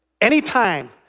anytime